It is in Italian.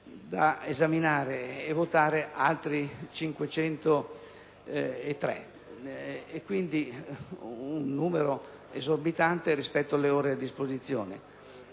da esaminare e votare altri 503: un numero esorbitante rispetto alle ore a disposizione.